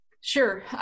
Sure